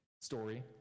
story